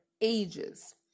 ages